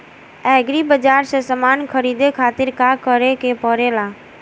Agri बाज़ार से समान ख़रीदे खातिर का करे के पड़ेला?